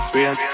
Real